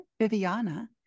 Viviana